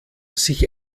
sich